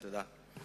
תודה.